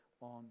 on